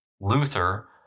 Luther